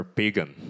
pagan